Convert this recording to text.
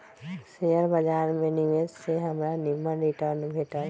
share बाजार में निवेश से हमरा निम्मन रिटर्न भेटल